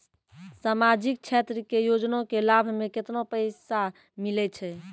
समाजिक क्षेत्र के योजना के लाभ मे केतना पैसा मिलै छै?